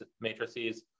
matrices